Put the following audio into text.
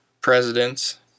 presidents